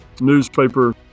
newspaper